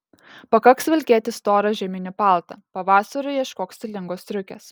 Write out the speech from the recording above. pakaks vilkėti storą žieminį paltą pavasariui ieškok stilingos striukės